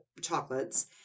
chocolates